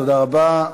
תודה רבה.